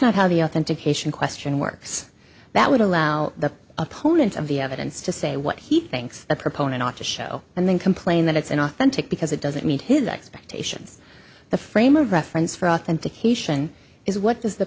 not how the authentication question works that would allow the opponent of the evidence to say what he thinks a proponent ought to show and then complain that it's an authentic because it doesn't meet his expectations the frame of reference for authentication is what does the